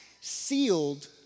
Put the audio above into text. sealed